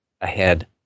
ahead